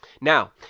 Now